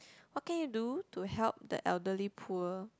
what can you do to help the elderly poor